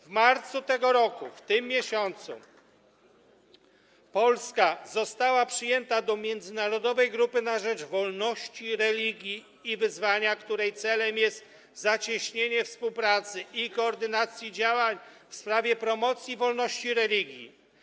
W marcu tego roku, w tym miesiącu, Polska została przyjęta do Międzynarodowej Grupy na rzecz Wolności Religii i Wyznania, której celem jest zacieśnienie współpracy i koordynacji działań w sprawie promocji wolności religii.